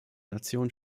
nationen